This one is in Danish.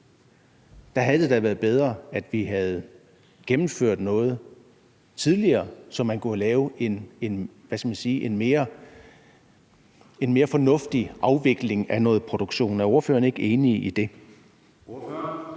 Der havde det da været bedre, at vi havde gennemført noget tidligere, så man kunne have lavet en mere fornuftig afvikling af noget produktion. Er ordføreren ikke enig i det?